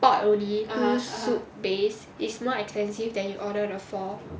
pot only two soup base is more expensive than you order the four